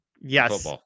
yes